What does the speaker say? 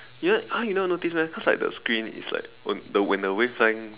you never !huh! you never notice meh cause like the screen is like when the wavelength